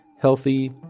healthy